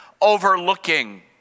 overlooking